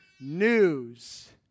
news